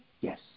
Yes